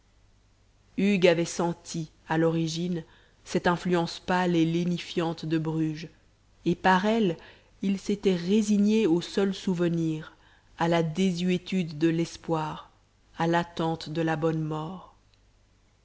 hugues avait senti à l'origine cette influence pâle et lénifiante de bruges et par elle il s'était résigné aux seuls souvenirs à la désuétude de l'espoir à l'attente de la bonne mort